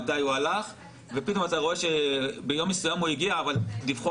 הוא הלך ופתאום אתה רואה שביום מסוים הוא הגיע אבל דיווחו